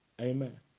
Amen